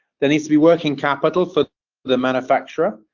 there needs to be working capital for the manufacturer.